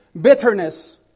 bitterness